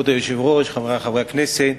כבוד היושב-ראש, חברי חברי הכנסת,